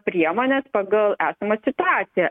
priemonės pagal esamą situaciją